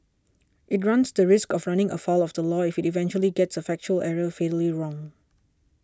it runs the risk of running afoul of the law if it eventually gets a factual error fatally wrong